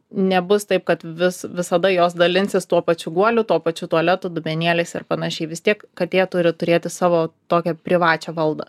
nebus taip kad vis visada jos dalinsis tuo pačiu guoliu tuo pačiu tualetu dubenėliais ir panašiai vis tiek katė turi turėti savo tokią privačią valdą